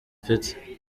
mfite